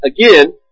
again